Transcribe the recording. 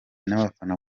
n’abafana